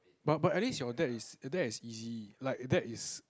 but but at least your dad is your dad is easy like dad is